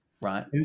Right